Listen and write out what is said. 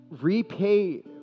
repay